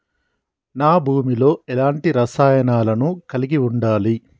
నా భూమి లో ఎలాంటి రసాయనాలను కలిగి ఉండాలి?